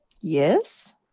Yes